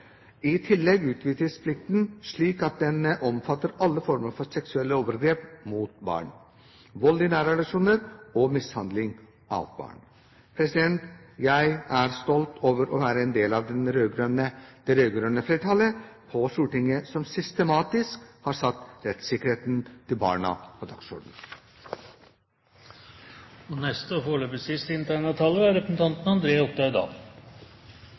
I tillegg utvides plikten, slik at den omfatter alle former for seksuelle overgrep mot barn, vold i nære relasjoner og mishandling av barn. Jeg er stolt over å være en del av det rød-grønne flertallet på Stortinget, som systematisk har satt rettssikkerheten til barna på dagsordenen. Stoltheten kjenner ingen grenser, så da kan jeg på vegne av opposisjonen og